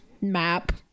Map